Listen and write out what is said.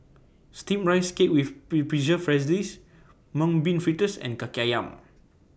Steamed Rice Cake with Preserved Mung Bean Fritters and Kaki Ayam